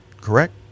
correct